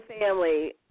family